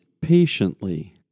patiently